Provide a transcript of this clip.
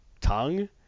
tongue